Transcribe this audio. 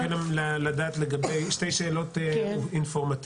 אני עדיין מחכה לדעת לגבי שתי שאלות אינפורמטיביות,